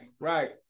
right